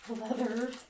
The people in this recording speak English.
Leather